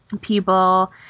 people